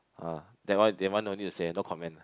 uh that one that one no need to say ah no comment ah